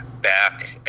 back